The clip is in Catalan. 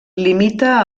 limita